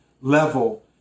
level